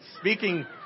speaking